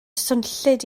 swnllyd